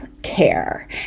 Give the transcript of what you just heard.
care